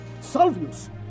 Salvius